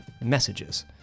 Messages